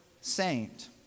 saint